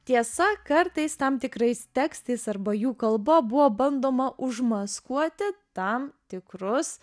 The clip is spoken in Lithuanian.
tiesa kartais tam tikrais tekstais arba jų kalba buvo bandoma užmaskuoti tam tikrus